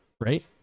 right